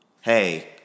Hey